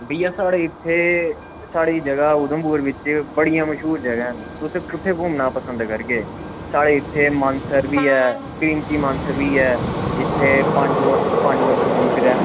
भैया जगहा इत्थें साढ़ी जगह उधमपुर बिच बड़ियां मशहूर जगह न तुस कुत्थें घुम्मना पसंद करगे सर इत्थें मानसर बी ऐ क्रिमची मानसर बी ऐ जित्थें पांडवें दा मंदर ऐ